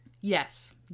Yes